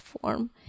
form